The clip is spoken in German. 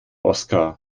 oskar